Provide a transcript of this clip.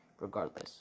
regardless